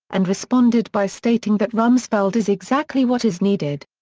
and responded by stating that rumsfeld is exactly what is needed.